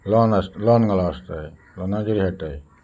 loan आस loan घाल आसताय लोनागेर खेळटाय